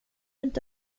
inte